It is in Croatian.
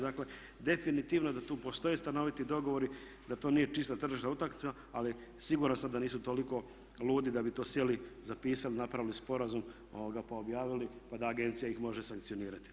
Dakle, definitivno je da tu postoje stanoviti dogovori, da to nije čista tržišna utakmica, ali siguran sam da nisu toliko ludi da bi to sjeli, zapisali, napravili sporazum pa objavili, pa da agencija ih može sankcionirati.